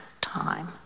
time